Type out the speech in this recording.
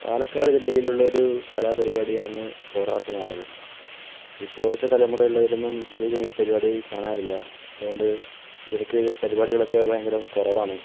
പാലക്കാട് ജില്ലയിലുള്ളൊരു കലാപരിപാടിയാണ് പൊറാട്ട് നാടകം ഇപ്പോഴത്തെ തലമുറയിലുള്ളവരൊന്നും അധികം ഈ പരിപാടി കാണാറില്ല അതുകൊണ്ട് ഇവർക്ക് പരിപാടികളൊക്ക ഭയങ്കരം കുറവാണ്